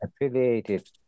affiliated